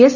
S